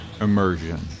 Immersion